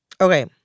Okay